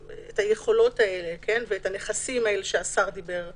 היכולות האלה ואת הנכסים האלה שהשר דיבר עליהם.